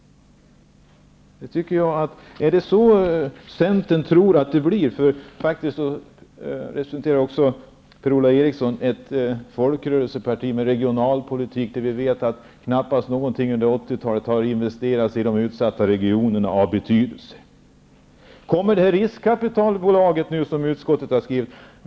Tror Centern att det kommer att bli så? Per-Ola Eriksson representerar faktiskt ett folkrörelseparti som bl.a. ägnar sig åt regionalpolitik. Vi vet att det under 80-talet knappast har investerats något av betydelse i de utsatta regionerna. Utskottet har nu en skrivning om ett riskkapitalbolag.